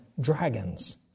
dragons